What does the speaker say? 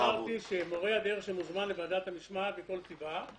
אמרתי שמורה דרך שמוזמן לוועדת המשמעת מכל סיבה,